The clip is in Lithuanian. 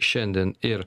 šiandien ir